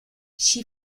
she